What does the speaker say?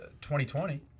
2020